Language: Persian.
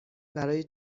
برای